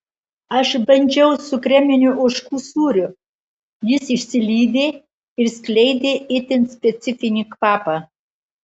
aš bandžiau su kreminiu ožkų sūriu jis išsilydė ir skleidė itin specifinį kvapą